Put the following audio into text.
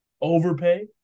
overpay